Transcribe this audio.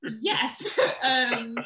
Yes